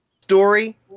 Story